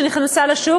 שנכנסה לשוק,